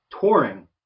touring